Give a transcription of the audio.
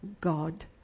God